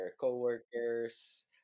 coworkers